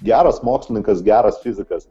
geras mokslininkas geras fizikas